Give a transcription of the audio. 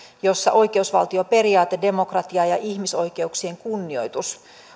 jossa oikeusvaltioperiaate demokratia ja ihmisoikeuksien kunnioitus